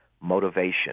motivation